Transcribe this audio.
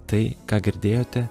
tai ką girdėjote